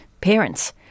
parents